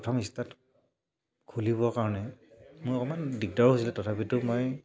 প্ৰথম ইষ্টাৰ্ট খুলিবৰ কাৰণে মোৰ অকমান দিগদাৰো হৈছিলে তথাপিতো মই